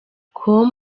com